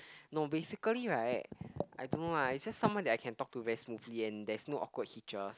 no basically right I don't know lah it's just someone that I can talk to very smoothly and there's no awkward hitches